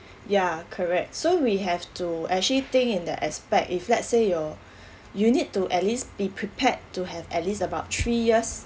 ya correct so we have to actually think in the aspect if let's say your you need to at least be prepared to have at least about three years